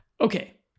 Okay